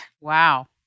Wow